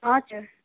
हजुर